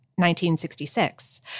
1966